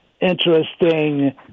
interesting